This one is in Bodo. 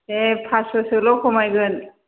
दे पाच्च'सोल' खमायगोन